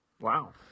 Wow